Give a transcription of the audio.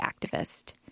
activist